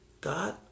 God